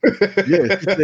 Yes